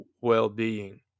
well-being